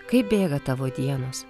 kaip bėga tavo dienos